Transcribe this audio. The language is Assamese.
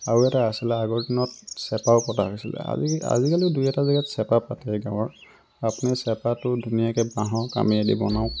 আৰু এটা আছিলে আগৰ দিনত চেপাও পতা হৈছিলে আজি আজিকালিও দুই এটা জেগাত চেপা পাতে গাঁৱৰ আপুনি চেপাটো ধুনীয়াকৈ বাঁহৰ কামিয়েদি বনাওক